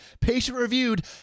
patient-reviewed